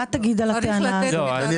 מה תגיד על הטענה הזו?